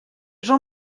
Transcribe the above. j’en